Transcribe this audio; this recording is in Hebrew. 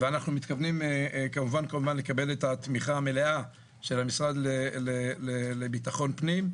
ואנחנו מתכוונים לקבל את התמיכה המלאה של המשרד לביטחון פנים,